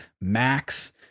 Max